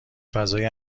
فضای